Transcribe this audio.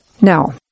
Now